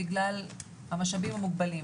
בגלל המשאבים המוגבלים.